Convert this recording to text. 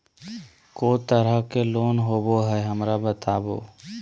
को तरह के लोन होवे हय, हमरा बताबो?